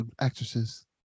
actresses